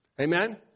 Amen